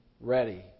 ready